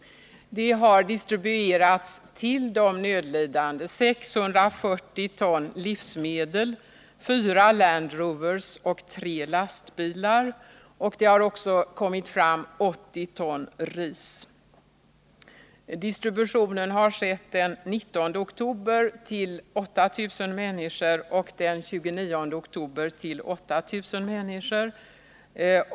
Det har till de nödlidande distribuerats 640 ton livsmedel, fyra Landrovers och tre lastbilar, och det har också kommit fram 80 ton ris. Distribution har skett den 19 oktober till 8 000 människor och den 29 oktober till 8 000 människor.